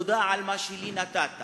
תודה על מה שלי נתת,